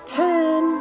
ten